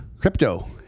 crypto